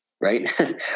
right